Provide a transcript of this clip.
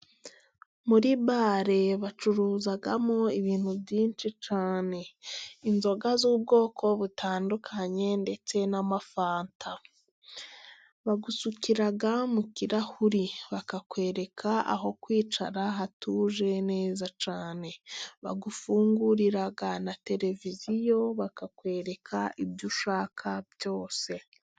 Muri bare bacuruzamo ibintu byinshi cyane. Inzoga z'ubwoko butandukanye ndetse n'amafanta. bagusukira mu kirahuri, bakakwereka aho kwicara hatuje neza cyane. Bagufungurira na televiziyo bakakwereka ibyo ushaka byose.